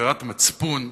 "עבירת מצפון",